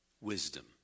wisdom